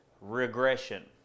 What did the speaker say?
regression